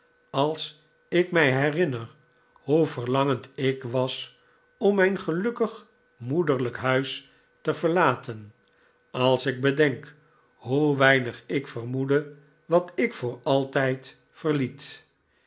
als ik mij herinner hoe verlangend ik was om mijn gelukkig moederlijk huis te verlaten als ik bedenk hoe weinig ik vermoedde wat ik voor altijd verliet